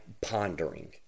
pondering